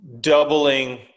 doubling –